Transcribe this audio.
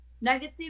negative